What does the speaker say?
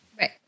Right